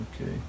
okay